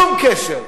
שום קשר.